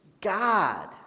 God